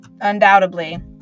undoubtedly